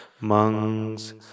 Monks